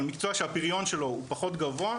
אבל מקצוע שהפריון שלו פחות גבוה,